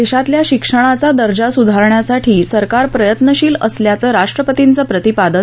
देशातल्या शिक्षणाचा दर्जा सुधारण्यासाठी सरकार प्रयत्नशील असल्याचं राष्ट्रपतींचं प्रतिपादन